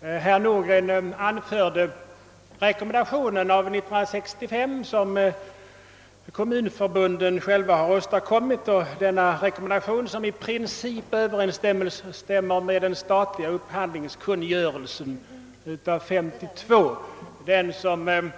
Herr Nordgren nämnde den av kommunförbunden själva år 1965 utarbetade rekommendationen, som i princip överensstämmer med den statliga upphandlingskungörelsen av 1952, i vilken